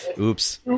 Oops